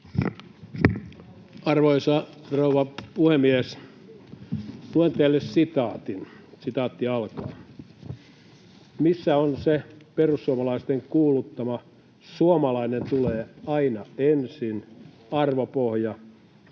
Arvoisa rouva puhemies! Luen teille sitaatin: ”Missä on se perussuomalaisten kuuluttama suomalainen tulee aina ensin -arvopohja?